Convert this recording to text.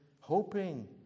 hoping